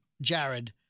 Jared